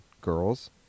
girls